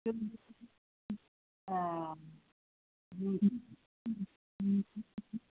ए